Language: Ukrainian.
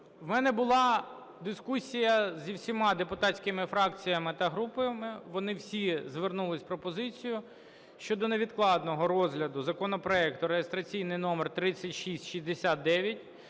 У мене була дискусія зі всіма депутатськими фракціями та групами. Вони всі звернулись з пропозицією щодо невідкладного розгляду законопроекту реєстраційний номер 3669.